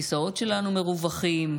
הכיסאות שלנו מרווחים,